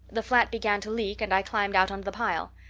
the flat began to leak and i climbed out on the pile.